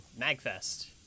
MagFest